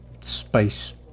Space